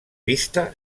vista